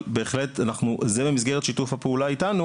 אבל בהחלט זה במסגרת שיתוף הפעולה איתנו